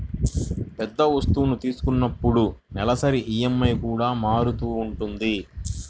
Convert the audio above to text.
పెద్ద వస్తువు తీసుకున్నప్పుడు నెలవారీ ఈఎంఐ కూడా మారుతూ ఉంటది